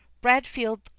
Bradfield